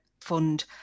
fund